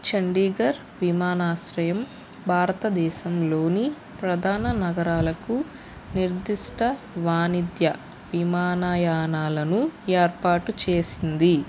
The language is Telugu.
చండీఘర్ విమానాశ్రయం భారతదేశంలోని ప్రధాన నగరాలకు నిర్దిష్ట వాణిజ్య విమానయానాలను ఏర్పాటు చేసింది